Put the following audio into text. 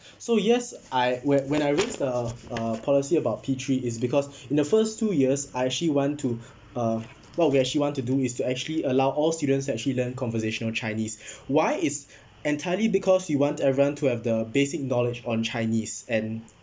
so yes I when when I raise the the policy about P three is because in the first two years I actually want to uh what we actually want to do is to actually allow all students actually learn conversational chinese why is entirely because you want everyone to have the basic knowledge on chinese and